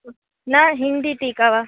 न हिन्दीटीका वा